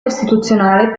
costituzionale